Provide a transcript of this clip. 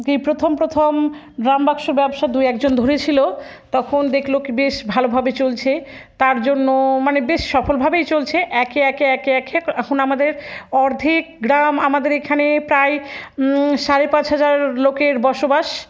কি প্রথম প্রথম ড্রামবাক্স ব্যবসা দুই একজন ধরেছিল তখন দেখলো কি বেশ ভালোভাবে চলছে তার জন্য মানে বেশ সফলভাবেই চলছে একে একে একে একে এখন আমাদের অর্ধেক গ্রাম আমাদের এখানে প্রায় সাড়ে পাঁচ হাজার লোকের বসবাস